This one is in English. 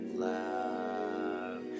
love